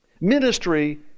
Ministry